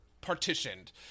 partitioned